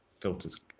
filters